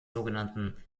sogenannten